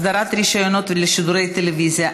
(אסדרת רישיונות לשידורי טלוויזיה),